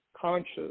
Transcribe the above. conscious